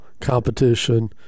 competition